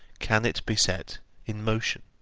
can it be set in motion.